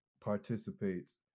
participates